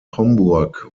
homburg